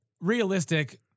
realistic